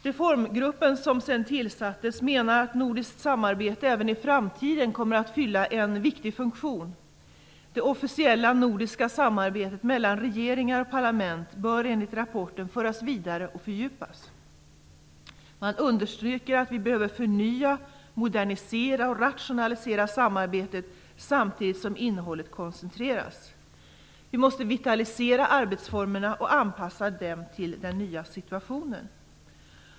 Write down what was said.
Reformgruppen, som sedan tillsattes, menar att nordiskt samarbete även i framtiden kommer att fylla en viktig funktion. Det officiella nordiska samarbetet mellan regeringar och parlament bör enligt rapporten föras vidare och fördjupas. Man understryker att vi behöver förnya, modernisera och rationalisera samarbetet samtidigt som innehållet koncentreras. Vi måste vitalisera arbetsformerna och anpassa dem till den nya situationen.